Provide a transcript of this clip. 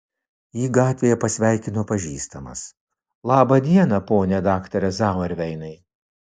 jį gatvėje pasveikino pažįstamas labą dieną pone daktare zauerveinai